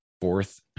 fourth